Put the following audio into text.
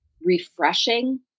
refreshing